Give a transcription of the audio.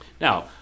Now